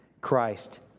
Christ